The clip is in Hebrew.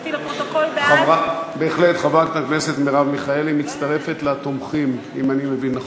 נגד, אין מתנגדים, אין נמנעים.